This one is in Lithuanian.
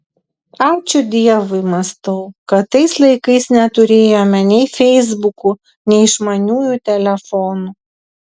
ačiū dievui mąstau kad tais laikais neturėjome nei feisbukų nei išmaniųjų telefonų